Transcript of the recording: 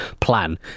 plan